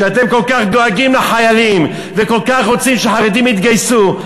כשאתם כל כך דואגים לחיילים וכל כך רוצים שהחרדים יתגייסו,